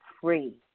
free